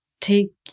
take